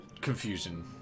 Confusion